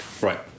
Right